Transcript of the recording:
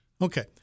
Okay